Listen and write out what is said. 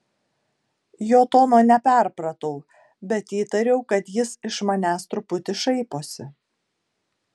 jo tono neperpratau bet įtariau kad jis iš manęs truputį šaiposi